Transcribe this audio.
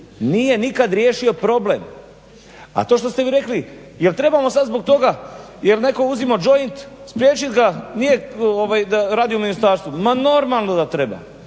nije nikad riješio problem, a to što ste vi rekli jel trebamo sada zbog toga jel netko uzima džoint spriječiti ga nije da radi u ministarstvu. Ma normalno da treba,